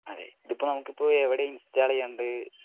അതെ ഇതിപ്പോൾ നമുക്കിപ്പോൾ എവിടെ ഇൻസ്റ്റാൾ ചെയ്യേണ്ടത്